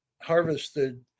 harvested